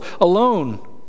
alone